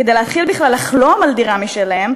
כדי שיוכלו להתחיל בכלל לחלום על דירה משלהם,